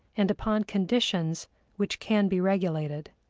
and upon conditions which can be regulated.